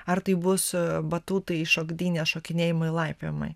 ar tai bus batutai šokdynės šokinėjimai laipiojimai